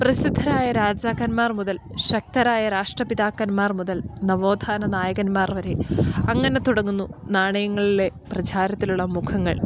പ്രസിദ്ധരായ രാജാക്കന്മാർ മുതൽ ശക്തരായ രാഷ്ട്രപിതാക്കന്മാർ മുതൽ നവോധാന നായകന്മാർ വരെ അങ്ങനെ തുടങ്ങുന്നു നാണയങ്ങളിലെ പ്രചാരത്തിലുള്ള മുഖങ്ങൾ